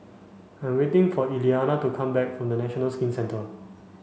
I'm waiting for Eliana to come back from National Skin Centre